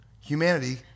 humanity